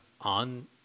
on